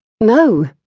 No